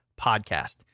podcast